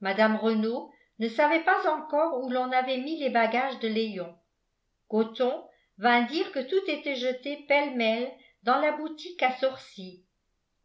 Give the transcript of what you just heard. mme renault ne savait pas encore où l'on avait mis les bagages de léon gothon vint dire que tout était jeté pêle-mêle dans la boutique à sorcier